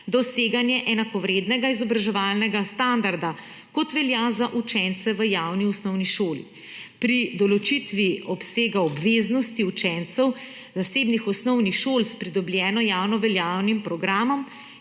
doseganje enakovrednega izobraževalnega standarda, kot velja za učence v javni osnovni šoli. Pri določitvi obsega obveznosti učencev zasebnih osnovnih šol s pridobljenim javnoveljavnim programom